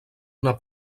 una